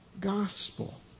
gospel